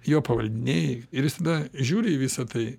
jo pavaldiniai ir jis tada žiūri į visa tai